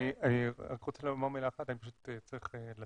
אני צריך לצאת